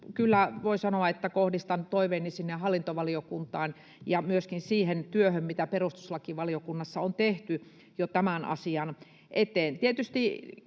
kyllä voin sanoa, että kohdistan toiveeni sinne hallintovaliokuntaan ja myöskin siihen työhön, mitä perustuslakivaliokunnassa on jo tehty tämän asian eteen.